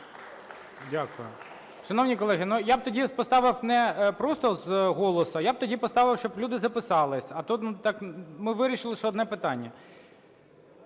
Дякую.